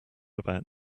about